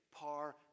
par